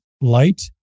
light